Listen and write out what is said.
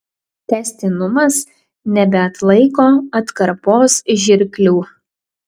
tęstinumas nebeatlaiko atkarpos žirklių